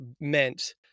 meant